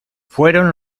fueron